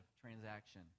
transaction